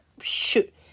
Shoot